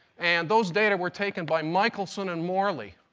and those data were taken by michelson and morley.